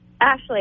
Ashley